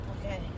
Okay